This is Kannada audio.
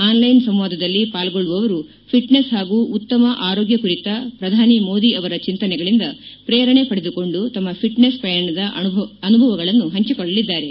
ಆನ್ಲೈನ್ ಸಂವಾದದಲ್ಲಿ ಪಾಲ್ಗೊಳ್ಳುವವರು ಫಿಟ್ನೆಸ್ ಪಾಗೂ ಉತ್ತಮ ಆರೋಗ್ಯ ಕುರಿತ ಪ್ರಧಾನಿ ಮೋದಿ ಅವರ ಚಿಂತನೆಗಳಿಂದ ಪ್ರೇರಣೆ ಪಡೆದುಕೊಂಡು ತಮ್ಮ ಫಿಟ್ನೆಸ್ ಪಯಣದ ಅನುಭವಗಳನ್ನು ಪಂಚಿಕೊಳ್ಳಲಿದ್ದಾರೆ